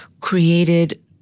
created